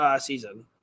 season